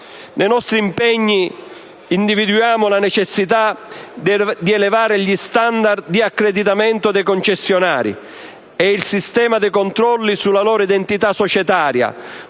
Nei nostri impegni individuiamo la necessità di elevare gli *standard* di accreditamento dei concessionari e il sistema dei controlli sulla loro identità societaria,